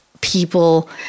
people